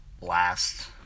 last